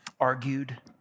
argued